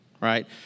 right